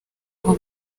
aho